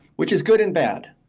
which is good and bad.